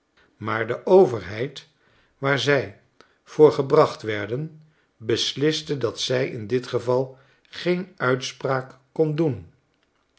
kon krijgen maardeoverheid waar zij voor gebracht werden besliste dat zij in dit geval geen uitspraak kon doen